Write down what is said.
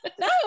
no